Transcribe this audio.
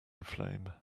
flame